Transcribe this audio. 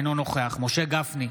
אינו נוכח משה גפני,